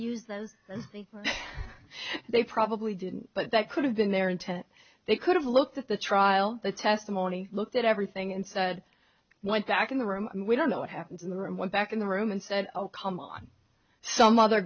and they probably didn't but that could have been their intent they could have looked at the trial the testimony looked at everything and said went back in the room we don't know what happened in there and went back in the room and said oh come on some other